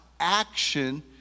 action